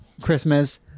Christmas